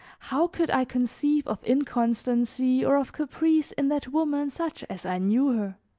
how could i conceive of inconstancy or of caprice in that woman such as i knew her?